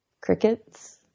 Crickets